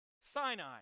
Sinai